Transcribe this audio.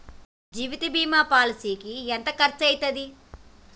జీవిత బీమా పాలసీకి ఎంత ఖర్చయితది?